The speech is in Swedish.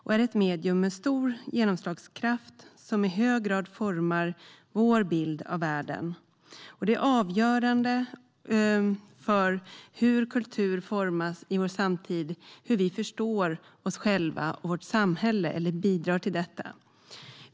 Det är ett medium med stor genomslagskraft som i hög grad formar vår bild av världen och är avgörande för hur kultur formas i vår samtid och hur vi förstår oss själva och vårt samhälle eller bidrar till detta.